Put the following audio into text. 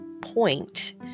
point